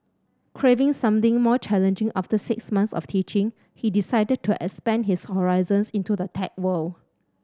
craving something more challenging after six months of teaching he decided to expand his horizons into the tech world